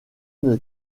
une